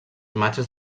imatges